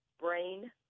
brain